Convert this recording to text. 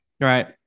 Right